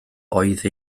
oedd